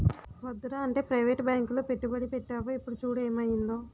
వద్దురా అంటే ప్రవేటు బాంకులో పెట్టుబడి పెట్టేవు ఇప్పుడు చూడు ఏమయిందో